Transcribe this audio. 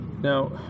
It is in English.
Now